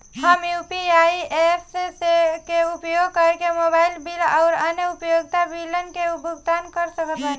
हम UPI apps के उपयोग करके मोबाइल बिल आउर अन्य उपयोगिता बिलन के भुगतान कर सकत बानी